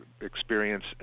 experience